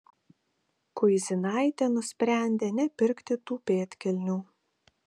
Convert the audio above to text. kuizinaitė nusprendė nepirkti tų pėdkelnių